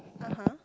(uh huh)